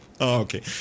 Okay